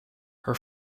her